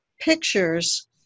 pictures